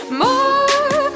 more